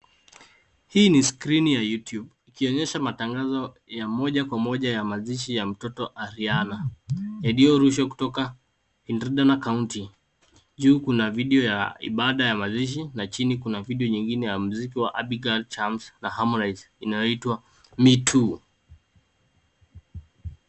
Hii ni skrini ya you tube ikionyesha matangazo ya moja kwa moja ya mazishi ya mtoto Arianna yaliyo rushwa kutoka Turkana kaunti. Juu kuna video ya baada ya mazishi na chini kuna video ya muziki ya [cs ] Abigzil charms [cs ] ya Harmonize inayo itwa [cs ] me too[cs ].